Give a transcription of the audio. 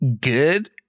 good